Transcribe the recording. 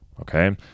Okay